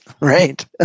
right